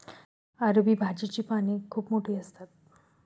अरबी भाजीची पाने खूप मोठी असतात